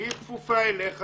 שהיא כפופה אליך,